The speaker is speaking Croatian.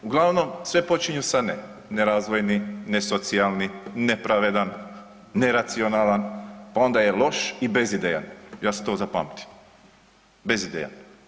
Uglavnom sve počinje sa ne, nerazvojni, nesocijalni, nepravedan, neracionalan, pa onda je loš i bez ideja, ja sam to zapamtio, bez ideja.